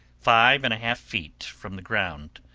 five and a half feet from the ground.